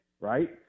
right